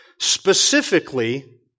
Specifically